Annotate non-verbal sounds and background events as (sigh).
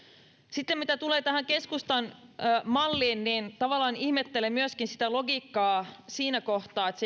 sitten mitä tulee tähän keskustan malliin niin tavallaan ihmettelen myöskin logiikkaa siinä kohtaa että (unintelligible)